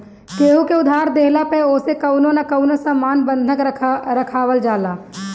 केहू के उधार देहला पअ ओसे कवनो न कवनो सामान बंधक रखवावल जाला